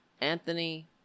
Anthony